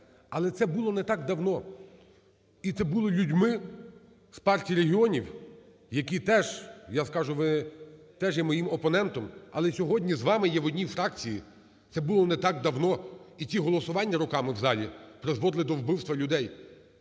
Але це було не так давно, і це було людьми з Партії регіонів, які теж, я скажу, ви теж є моїм опонентом, але сьогодні з вами є в одній фракції, це було не так давно. І ті голосування руками в залі призводили до вбивства людей.